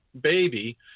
baby